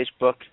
Facebook